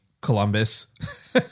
Columbus